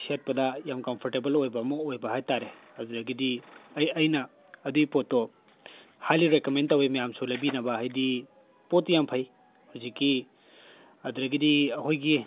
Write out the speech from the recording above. ꯁꯦꯠꯄꯗ ꯌꯥꯝ ꯀꯝꯐꯣꯔꯇꯦꯕꯦꯜ ꯑꯣꯏꯕ ꯑꯃ ꯑꯣꯏꯕ ꯍꯥꯏꯇꯥꯔꯦ ꯑꯗꯨꯗꯒꯤꯗꯤ ꯑꯩ ꯑꯩꯅ ꯑꯗꯨꯒꯤ ꯄꯣꯠꯇꯣ ꯍꯥꯏꯂꯤ ꯔꯤꯀꯃꯦꯟ ꯇꯧꯋꯦ ꯃꯌꯥꯝꯁꯨ ꯂꯩꯕꯤꯅꯕ ꯍꯥꯏꯗꯤ ꯄꯣꯠꯇꯣ ꯌꯥꯝ ꯐꯩ ꯍꯧꯖꯤꯛꯀꯤ ꯑꯗꯨꯗꯒꯤꯗꯤ ꯑꯩꯈꯣꯏꯒꯤ